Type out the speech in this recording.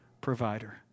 provider